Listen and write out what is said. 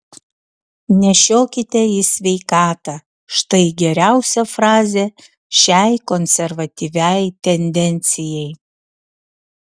nešiokite į sveikatą štai geriausia frazė šiai konservatyviai tendencijai